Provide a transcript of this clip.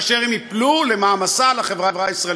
מאשר שהם ייפלו למעמסה על החברה הישראלית.